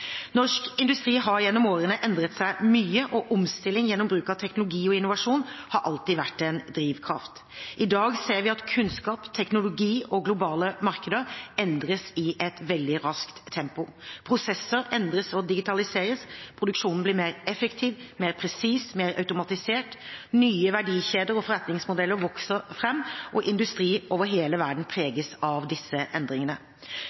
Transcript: Norsk industri har gjennom årene endret seg mye, og omstilling gjennom bruk av teknologi og innovasjon har alltid vært en drivkraft. I dag ser vi at kunnskap, teknologi og globale markeder endres i et veldig raskt tempo. Prosesser endres og digitaliseres, produksjonen blir mer effektiv, mer presis og mer automatisert, nye verdikjeder og forretningsmodeller vokser fram. Industri over hele verden preges av disse endringene.